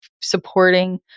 supporting